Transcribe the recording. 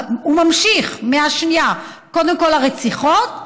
הוא ממשיך, מהשנייה, קודם כול הרציחות,